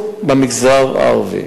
לגבי יגאל עמיר?